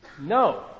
No